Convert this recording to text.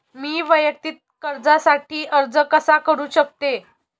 मी वैयक्तिक कर्जासाठी अर्ज कसा करु शकते?